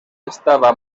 estava